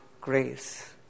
grace